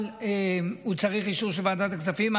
אבל הוא צריך אישור של ועדת הכספים.